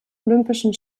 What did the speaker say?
olympischen